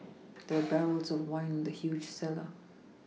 there were barrels of wine in the huge cellar